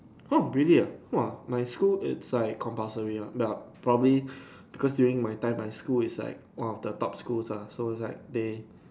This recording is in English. home really ya !woah! my school it's like compulsory ah but probably because during my time my school is like one of the top school ah so it's like they